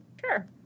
Sure